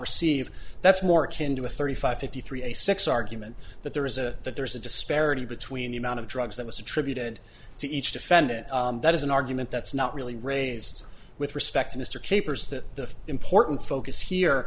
receive that's more akin to a thirty five fifty three a six argument that there is a that there's a disparity between the amount of drugs that was attributed to each defendant that is an argument that's not really raised with respect to mr capers that the important focus here